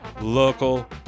local